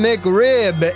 McRib